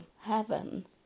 heaven